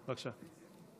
בבקשה.